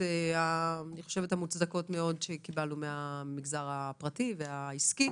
המוצדקים מאוד שקיבלנו מהמגזר הפרטי והעסקי